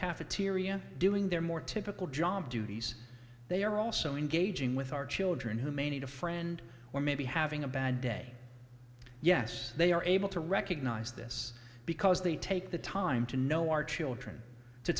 cafeteria doing their more typical job duties they are also engaging with our children who may need a friend or may be having a bad day yes they are able to recognize this because they take the time to know our children to